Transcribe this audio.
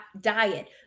diet